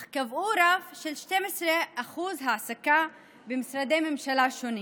אך קבעו רף העסקה של 12% במשרדי הממשלה השונים.